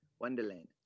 Wonderland